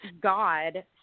God